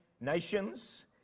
nations